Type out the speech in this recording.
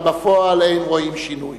אבל בפועל אין רואים שינוי.